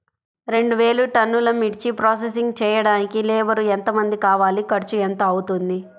రెండు వేలు టన్నుల మిర్చి ప్రోసెసింగ్ చేయడానికి లేబర్ ఎంతమంది కావాలి, ఖర్చు ఎంత అవుతుంది?